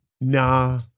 nah